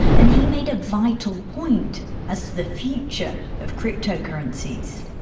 and he made a vital point as to the future of cryptocurrencies.